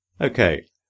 Okay